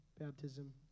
baptism